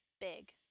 big